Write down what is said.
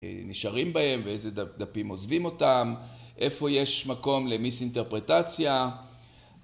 נשארים בהם? ואיזה דפים עוזבים אותם? איפה יש מקום למיס-אינטרפרטציה?